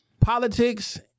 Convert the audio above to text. politics